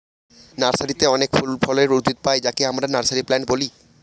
নার্সারিতে অনেক ফল ফুলের উদ্ভিদ পাই যাকে আমরা নার্সারি প্লান্ট বলি